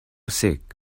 sick